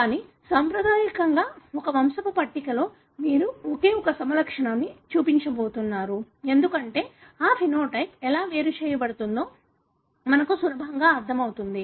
కానీ సాంప్రదాయకంగా ఒక వంశపు పట్టికలో మీరు ఒకే ఒక సమలక్షణాన్ని చూపించబోతున్నారు ఎందుకంటే ఆ సమలక్షణం ఎలా వేరు చేయబడుతుందో మనకు సులభంగా అర్థమవుతుంది